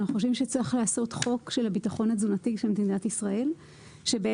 אנחנו חושבים שצריך לעשות חוק של הביטחון התזונתי של מדינת ישראל שבעצם